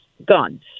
guns